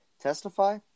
Testify